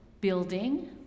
building